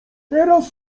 teraz